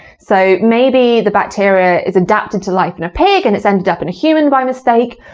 so maybe the bacteria is adapted to life in a pig and it's ended up in a human by mistake,